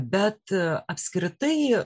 bet apskritai